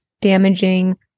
damaging